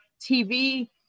TV